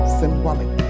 symbolic